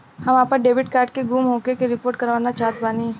हम आपन debit card के गुम होखे के रिपोर्ट करवाना चाहत बानी